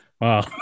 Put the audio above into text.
Wow